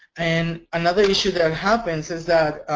and, another issue that happens is that